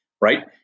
right